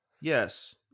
yes